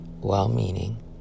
well-meaning